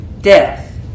death